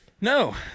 No